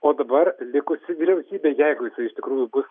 o dabar likusi vyriausybė jeigu jisai iš tikrųjų